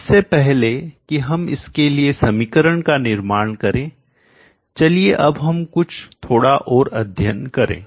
इससे पहले कि हम इसके लिए समीकरण का निर्माण करें चलिए अब हम कुछ थोड़ा और अध्ययन करें